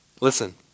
Listen